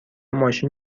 ماشین